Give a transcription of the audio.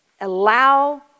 allow